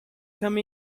come